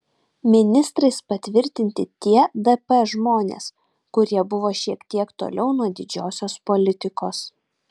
ministrais patvirtinti tie dp žmonės kurie buvo šiek tiek toliau nuo didžiosios politikos